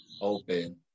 open